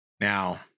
Now